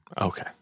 Okay